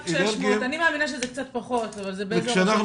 אני מאמינה שזה קצת פחות, אבל זה באזור ה-600.